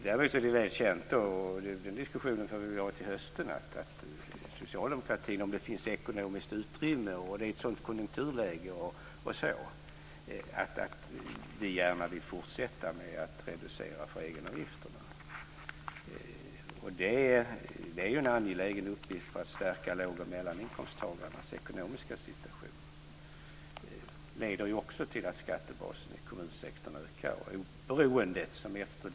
Däremot är det väl känt, och den diskussionen får vi väl ha till hösten, att socialdemokratin - om det finns ett ekonomiskt utrymme, om konjunkturläget är sådant osv. - gärna vill fortsätta med att reducera vad gäller egenavgifterna. Det är ju en angelägen uppgift för att stärka låg och mellaninkomsttagarnas ekonomiska situation. Detta leder också till att skattebasen i kommunsektorn ökar.